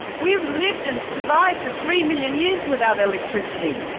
we have lived and survived for three million years without electricity!